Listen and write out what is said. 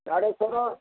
Tadeshwar